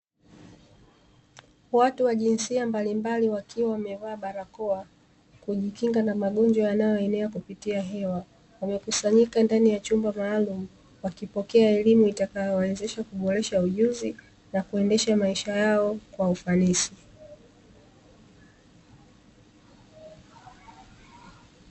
Watu wa jinsia mbalimbali wakiwa wamevaa barakoa kujikinga na magonjwa yanayoenea kupitia hewa, wamekusanyika ndani ya chumba maalumu wakipokea elimu itakayo wawezesha kuboresha ujuzi, na kuendesha maisha yao kwa ufanisi.